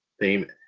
theme